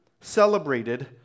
celebrated